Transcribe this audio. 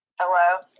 Hello